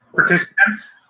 participants,